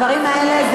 הדברים האלה,